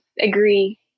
agree